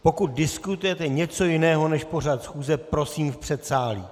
Pokud diskutujete něco jiného než pořad schůze, prosím v předsálí.